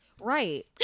Right